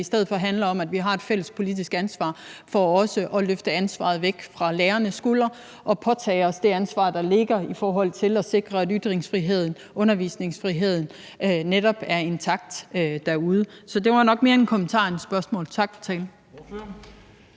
i stedet for handler om, at vi har et fælles politisk ansvar for også at løfte ansvaret væk fra lærernes skuldre og påtage os det ansvar, der ligger i forhold til at sikre, at ytringsfriheden og undervisningsfriheden netop er intakt derude. Så det var nok mere en kommentar end et spørgsmål. Tak for talen.